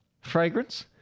fragrance